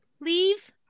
leave